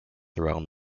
around